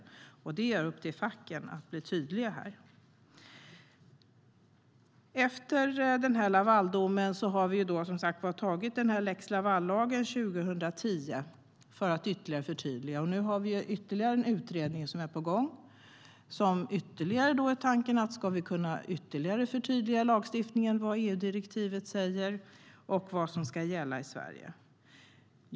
Det är upp till facken att bli tydliga här. Efter Lavaldomen stiftades lex Laval-lagen 2010 för att förtydliga vad som gäller. Nu är en utredning på gång i syfte att ytterligare förtydliga lagstiftningen, vad EU-direktivet säger och vad som ska gälla i Sverige.